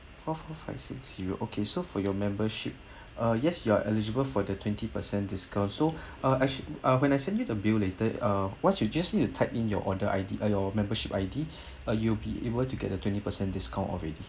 four four five six zero okay so for your membership ah yes you are eligible for the twenty percent discount so uh actually uh when I send you the bill later uh once you just need to type in your order I_D uh your membership I_D uh you'll be able to get a twenty percent discount of already